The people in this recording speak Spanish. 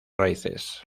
raíces